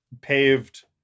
paved